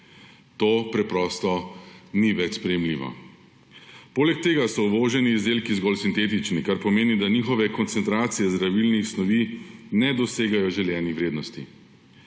To preprosto ni več sprejemljivo. Poleg tega so uvoženi izdelki zgolj sintetični, kar pomeni, da njihove koncentracije zdravilnih snovi ne dosegajo željene vrednosti,